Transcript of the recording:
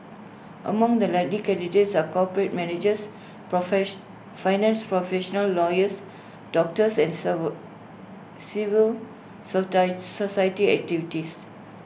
among the likely candidates are corporate managers finance professionals lawyers doctors and serval civil society activists